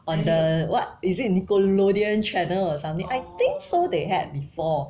on the what is it Nickelodeon channel or something I think so they had before